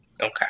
Okay